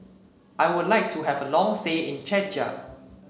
I would like to have a long stay in Czechia